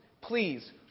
please